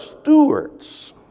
stewards